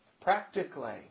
practically